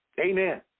Amen